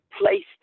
placed